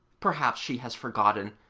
perhaps she has forgotten,